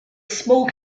small